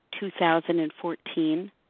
2014